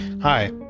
Hi